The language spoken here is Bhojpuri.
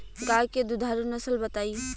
गाय के दुधारू नसल बताई?